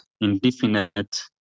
indefinite